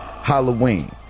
Halloween